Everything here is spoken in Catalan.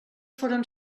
foren